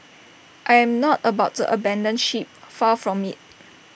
I am not about to abandon ship far from IT